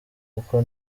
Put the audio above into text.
kuko